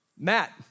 Matt